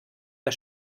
das